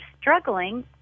struggling